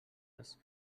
les